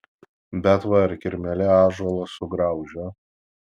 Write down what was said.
bet va ir kirmėlė ąžuolą sugraužia